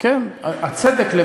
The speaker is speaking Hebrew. זה צדק, ?